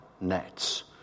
nets